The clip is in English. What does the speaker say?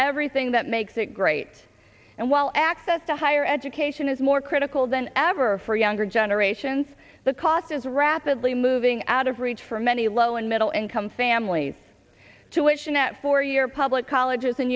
everything that makes it great and while access to higher education is more critical than ever for younger generations the cost is rapidly moving out of reach for many low and middle income families to ition at four year public colleges and